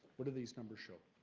what do these numbers show?